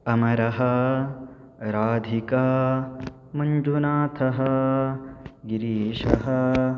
अमरः राधिका मञ्जुनाथः गिरीशः